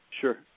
Sure